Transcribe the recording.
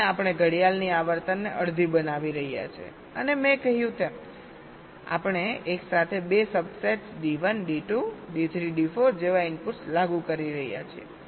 અને આપણે ઘડિયાળની આવર્તનને અડધી બનાવી રહ્યા છીએ અને મેં કહ્યું તેમ આપણે એકસાથે 2 subsets D1 D2 D3 D4 જેવા ઇનપુટ લાગુ કરી રહ્યા છીએ